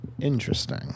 Interesting